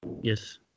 yes